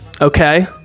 okay